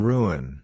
Ruin